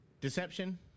deception